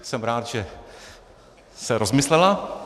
Jsem rád, že se rozmyslela.